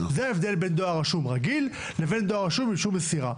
זה ההבדל בין דואר רשום רגיל לבין דואר רשום עם אישור מסירה.